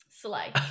Slay